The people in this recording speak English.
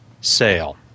sale